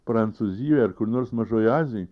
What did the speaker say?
prancūzijoj ar kur nors mažojoj azijoj